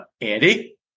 Andy